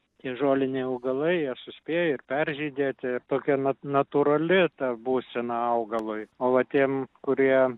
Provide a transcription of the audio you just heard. tie žoliniai augalai jie suspėja ir peržydėti tokia na natūrali ta būsena augalui o va tiem kurie